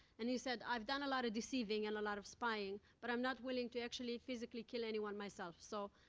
and he said, i've done a lot of deceiving and a lot of spying, but i'm not willing to actually physically kill anyone myself, so.